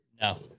No